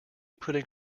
putting